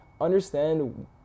understand